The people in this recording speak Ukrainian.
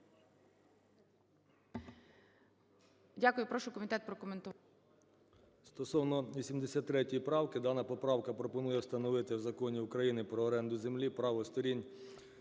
Дякую. Прошу комітет прокоментувати.